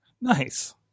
Nice